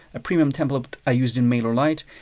a premium template i used in mailerlite,